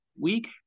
week